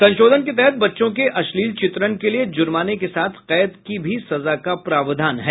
संशोधन के तहत बच्चों के अश्लील चित्रण के लिए जुर्माने के साथ कैद की भी सजा का प्रावधान है